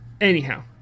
anyhow